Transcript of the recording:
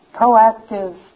proactive